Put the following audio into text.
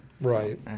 Right